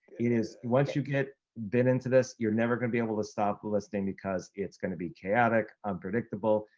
it is once you get bit into this, you're never gonna be able to stop listening, because it's gonna be chaotic, unpredictable,